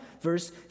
Verse